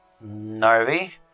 Narvi